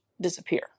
disappear